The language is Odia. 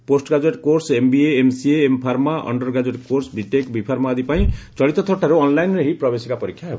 post graduate course MBA MCA M Pharma ଓ undergraduate course B Tech B Pharma ଆଦି ପାଇଁ ଚଳିତ ଥରଠାରୁ ଅନ୍ଲାଇନ୍ରେ ହିଁ ପ୍ରବେଶିକା ପରୀକ୍ଷା ହେବ